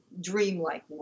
dream-like